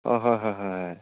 অঁ হয় হয় হয় হয়